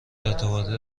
اعتباری